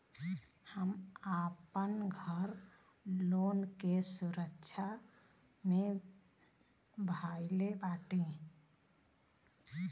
हम आपन घर लोन के सुरक्षा मे धईले बाटी